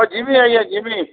ହଁ ଯିମି ଆଜ୍ଞା ଯିମି